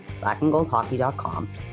blackandgoldhockey.com